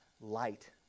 light